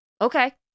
Okay